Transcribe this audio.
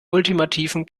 ultimativen